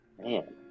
man